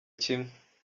kimwe